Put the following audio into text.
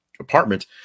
apartment